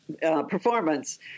performance